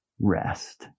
rest